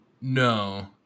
No